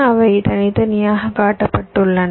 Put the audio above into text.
அவை தனித்தனியாகக் காட்டப்பட்டுள்ளன